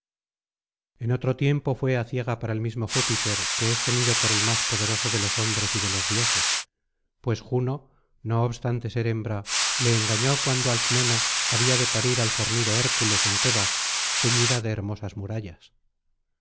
en otro tiempo fué aciaga para el mismo júpiter que es tenido por el más poderoso de los hombres y de los dioses pues juno no obstante ser hembra le engañó cuando alcmena había de parir al fornido hércules en tebas ceñida de hermosas murallas